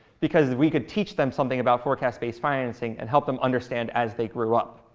because we could teach them something about forecast-based financing and help them understand as they grew up.